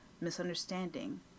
misunderstanding